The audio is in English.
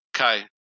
Okay